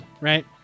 right